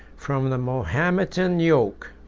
from the mahometan yoke.